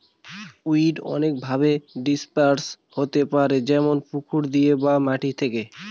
weed অনেকভাবে disperse হতে পারে যেমন পুকুর দিয়ে বা মাটি থেকে